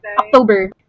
October